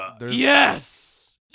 Yes